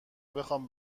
بخوام